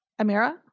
Amira